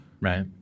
Right